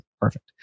Perfect